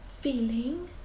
feeling